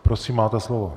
Prosím, máte slovo.